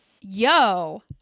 Yo